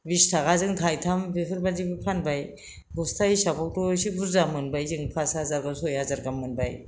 बिस थाखाजों थाइथाम बेफोरबायदिबो फानबाय बस्था हिसाबावथ' एसे बुरजा मोनबाय जों पास हाजार गाहाम सय हाजार गाहाम मोनबाय